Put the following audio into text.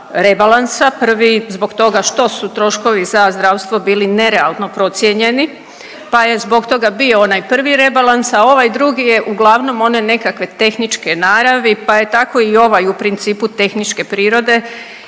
rebalansa, prvi zbog toga što su troškovi za zdravstvo bili nerealno procijenjeni, pa je zbog toga bio onaj prvi rebalans, a ovaj drugi je uglavnom one nekakve tehničke naravi, pa je tako i ovaj u principu tehničke prirode